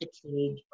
fatigue